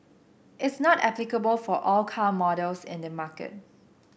it's not applicable for all car models in the market